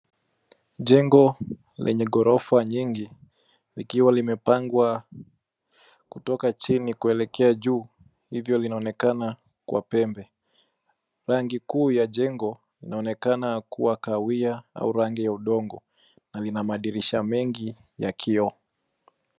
Jengo lenye gorofa nyingi likiwa limepangwa kutoka chini kuelekea juu ivyo linaonekana kwa pembe. Rangi kuu ya jengo inaonekana kuwa kawia au rangi ya undogo na lina madirisha mengi ya kioo.